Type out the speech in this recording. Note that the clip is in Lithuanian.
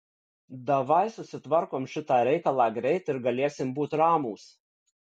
davai susitvarkom šitą reikalą greit ir galėsim būt ramūs